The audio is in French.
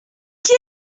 qui